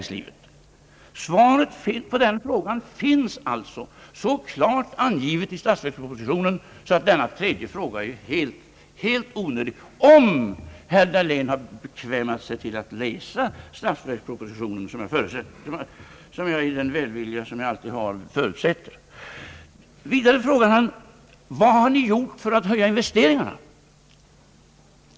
Svaret på den frågan finns alltså så klart angivet i statsverkspropositionen, att denna tredje fråga är helt onödig, om herr Dahlén — som jag, med den välvilja jag alltid har, förutsätter — har bekvämat sig att läsa statsverkspropositionen. Vidare frågar han: Vad har ni gjort för att höja investeringarna?